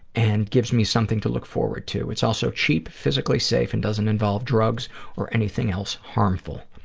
and gives me something to look forward to. it's also cheap, physically safe, and doesn't involve drugs or anything else harmful.